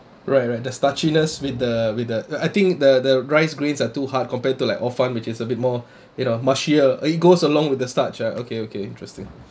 right right the starchiness with the with the I think the the rice grains are too hard compared to like hor fun which is a bit more you know mushier it goes along with the starch ah okay okay interesting